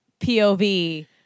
POV